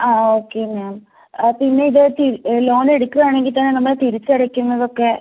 ആ okay ma'am ആ പിന്നെ അതിൽ ലോൺ എടുക്കാണെങ്കീൽ തന്നെ നമ്മൾ തിരിച്ചടയ്ക്കുന്നതൊക്കെ